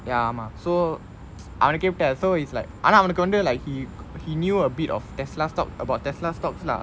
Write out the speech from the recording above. ya ஆமா:aamaa so அவனா கேட்டான்:avana ketten so it's like ஆனா அவனுக்கு வந்து:aanaa avanukku vanthu like he he knew a bit of tesla stock about tesla stocks lah